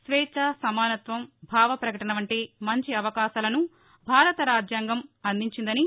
స్వేచ్చ సమానత్వం భావ ప్రకటన వంటీ మంచి అవకాశాలను భారత రాజ్యాంగం అందించిందని